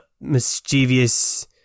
mischievous